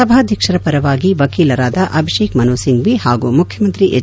ಸಭಾಧ್ಯಕ್ಷರ ಪರವಾಗಿ ವಕೀಲರಾದ ಅಭಿಷೇಕ ಮನು ಸಿಂಪ್ಟಿ ಹಾಗೂ ಮುಖ್ಯಮಂತ್ರಿ ಎಚ್